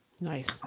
Nice